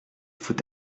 faut